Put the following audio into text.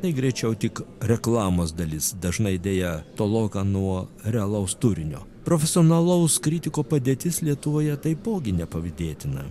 tai greičiau tik reklamos dalis dažnai deja toloka nuo realaus turinio profesionalaus kritiko padėtis lietuvoje taipogi nepavydėtina